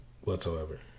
whatsoever